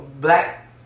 black